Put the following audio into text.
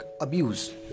abuse